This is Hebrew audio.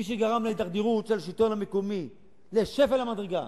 מי שגרם להידרדרות של השלטון המקומי לשפל המדרגה,